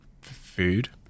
food